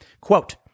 quote